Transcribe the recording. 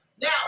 Now